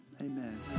Amen